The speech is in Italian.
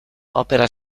opera